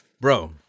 Bro